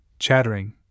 Chattering